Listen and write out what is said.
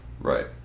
right